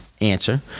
answer